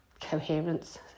coherence